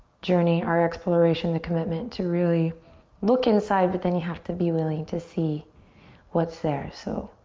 journey, our exploration, the commitment to really look inside but then you have to be willing to see what's there. so